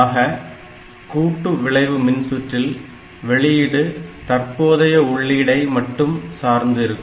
ஆக கூட்டு விளைவு மின்சுற்றில் வெளியீடு தற்போதைய உள்ளீடை மட்டும் சார்ந்து இருக்கும்